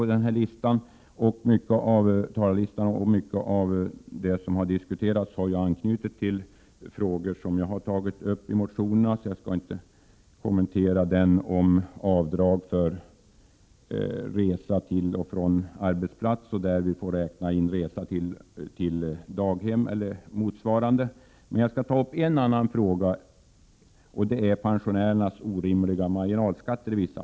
Jag är siste anmälde talare i detta ärende, och mycket av det som har diskuterats har anknutit till frågor som jag har tagit upp i mina motioner. Jag tänker inte kommentera min motion med krav på att i avdrag för resor till och från arbetsplats få räkna in restid för lämnande och hämtning av barn på daghem eller motsvarande. Jag vill däremot ta upp frågan om pensionärernas i vissa fall orimliga marginalskatter.